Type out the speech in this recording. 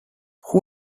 who